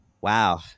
Wow